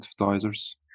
advertisers